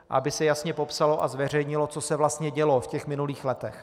Aby se jasně popsalo a zveřejnilo, co se vlastně dělo v minulých letech.